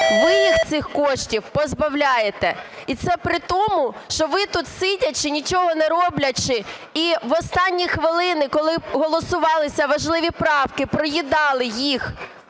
Ви їх цих коштів позбавляєте. І це при тому, що ви тут, сидячи, нічого не роблячи, і в останні хвилини, коли голосувалися важливі правки, проїдали їх